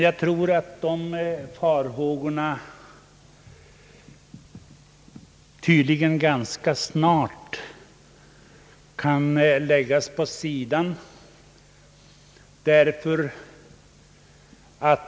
Jag tror att dessa farhågor ganska snart kommer att visa sig obefogade.